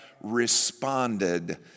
responded